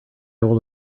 will